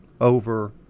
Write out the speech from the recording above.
over